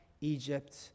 Egypt